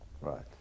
Right